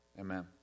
Amen